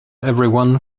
everyone